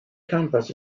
campus